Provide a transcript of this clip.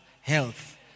health